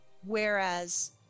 whereas